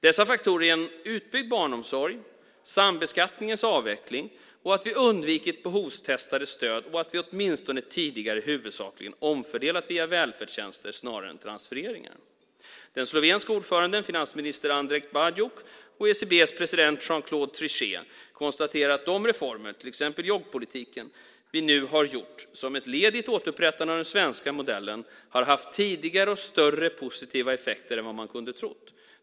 Dessa faktorer är utbyggd barnomsorg, sambeskattningens avveckling, att vi undvikit behovstestade stöd och att vi åtminstone tidigare huvudsakligen omfördelat via välfärdstjänster snarare än transfereringar. Den slovenske ordföranden, finansminister Andrej Bajuk, och ECB:s president, Jean-Claude Trichet, konstaterade att de reformer i till exempel jobbpolitiken vi nu har gjort som ett led i återupprättandet av den svenska modellen har haft tidigare och större positiva effekter än vad man kunde ha trott.